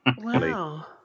wow